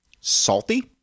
salty